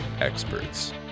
experts